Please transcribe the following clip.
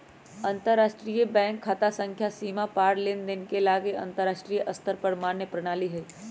अंतरराष्ट्रीय बैंक खता संख्या सीमा पार लेनदेन के लागी अंतरराष्ट्रीय स्तर पर मान्य प्रणाली हइ